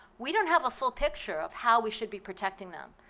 we don't have a full picture of how we should be protecting them.